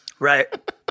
Right